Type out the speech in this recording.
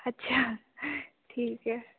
अच्छा ठीक है